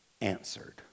answered